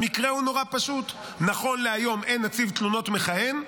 המקרה הוא נורא פשוט: נכון להיום אין נציב תלונות מכהן,